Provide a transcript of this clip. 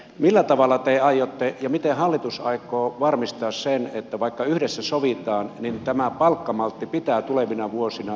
millä tavalla te aiotte ja miten hallitus aikoo varmistaa sen että vaikka yhdessä sovitaan niin tämä palkkamaltti pitää tulevina vuosina